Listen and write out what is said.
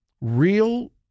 real